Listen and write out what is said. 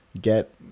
get